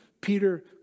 Peter